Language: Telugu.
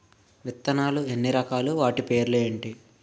విత్తనాలు ఎన్ని రకాలు, వాటి పేర్లు ఏంటి?